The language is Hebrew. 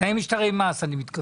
זה